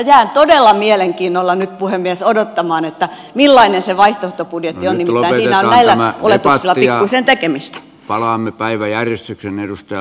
jään todella mielenkiinnolla nyt puhemies odottamaan millainen se vaihtoehtobudjetti on minulle enää ole toisilla se näkemys palaamme päiväjärjestyksen edustaja